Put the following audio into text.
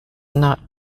not